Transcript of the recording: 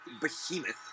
behemoth